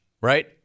right